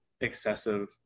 excessive